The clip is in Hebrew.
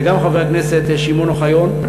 זה גם חבר הכנסת שמעון אוחיון,